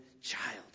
child